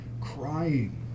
crying